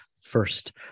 first